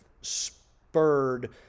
spurred